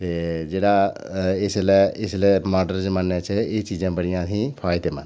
ते जेह्ड़ा इसलै इसलै मार्डन जमानै च एह् चीजां बड़ियां असें ई बड़ी फायदेमंद ऐ